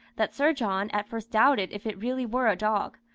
that sir john at first doubted if it really were a dog,